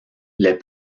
les